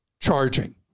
charging